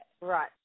Right